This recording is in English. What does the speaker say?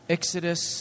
Exodus